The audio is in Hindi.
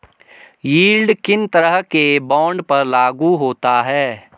यील्ड किन तरह के बॉन्ड पर लागू होता है?